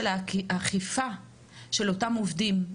לשאלת האכיפה של אותם עובדים.